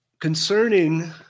concerning